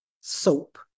soap